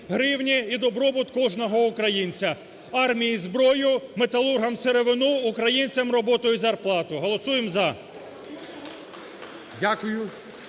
Дякую.